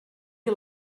you